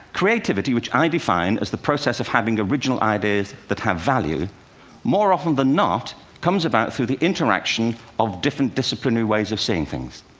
creativity which i define as the process of having original ideas that have value more often than not comes about through the interaction of different disciplinary ways of seeing things.